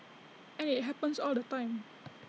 and IT happens all the time